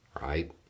Right